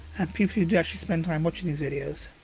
and people do actually spend time watching these videos.